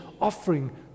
offering